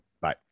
Bye